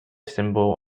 symbol